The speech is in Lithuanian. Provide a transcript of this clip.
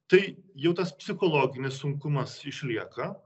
tai jau tas psichologinis sunkumas išlieka